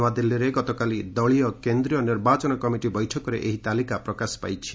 ନୂଆଦିଲ୍ଲୀରେ ଗତକାଲି ଦଳୀୟ କେନ୍ଦ୍ରୀୟ ନିର୍ବାଚନ କମିଟି ବୈଠକରେ ଏହି ତାଲିକା ପ୍ରକାଶ ପାଇଛି